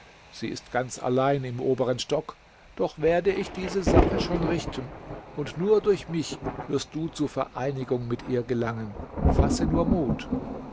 sie ist ganz allein im oberen stock doch werde ich diese sache schon richten und nur durch mich wirst du zur vereinigung mit ihr gelangen fasse nur mut